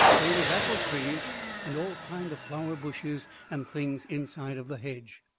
they was apple trees and all kind of flower bushes and things inside of the hedge.